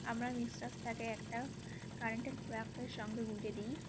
আমরা মিক্সারটাকে একটা কারেন্টের প্লাগের সঙ্গে গুঁজে দিই